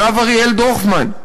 הרב אריאל דורפמן.